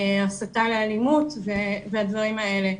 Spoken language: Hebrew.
הסתה לאלימות והדברים האלה.